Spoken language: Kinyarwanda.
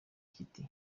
kiti